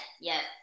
Yes